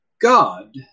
God